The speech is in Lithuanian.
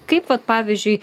kaip vat pavyzdžiui